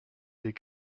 des